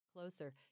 Closer